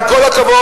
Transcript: עם כל הכבוד,